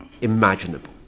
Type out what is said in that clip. imaginable